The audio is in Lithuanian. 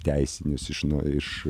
teisinius iš nu iš